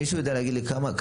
מישהו יודע להגיד לי כמה,